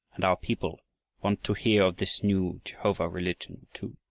and our people want to hear of this new jehovah-religion too.